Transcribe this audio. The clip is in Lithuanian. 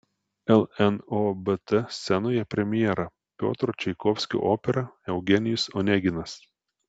lnobt scenoje premjera piotro čaikovskio opera eugenijus oneginas